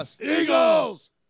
Eagles